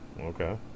okay